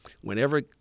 Whenever